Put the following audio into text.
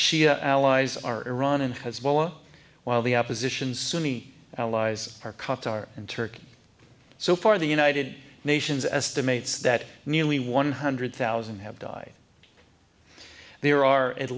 shia allies are iran and hezbollah while the opposition's sunni allies are qatar and turkey so far the united nations estimates that nearly one hundred thousand have died there are at